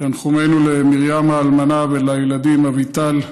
תנחומינו למרים האלמנה ולילדים אביטל,